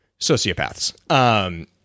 sociopaths